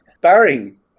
Barring